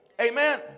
Amen